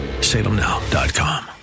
Salemnow.com